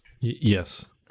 Yes